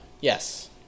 Yes